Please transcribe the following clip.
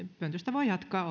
pöntöstä voi jatkaa